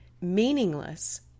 meaningless